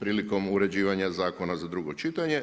prilikom uređivanja zakona za drugo čitanje.